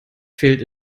fehlt